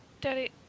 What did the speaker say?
Daddy